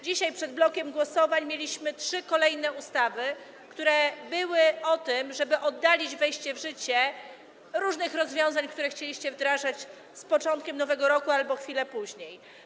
Dzisiaj przed blokiem głosowań mieliśmy trzy kolejne ustawy, które były o tym, żeby oddalić wejście w życie różnych rozwiązań, które chcieliście wdrażać z początkiem nowego roku albo chwilę później.